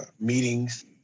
meetings